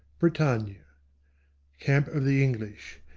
bretagne. camp of the english.